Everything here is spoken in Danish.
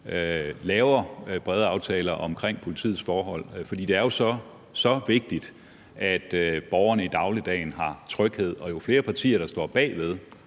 laver brede aftaler omkring politiets forhold, fordi det er jo så vigtigt, at borgerne i dagligdagen har tryghed. Og jo flere partier, der står bag,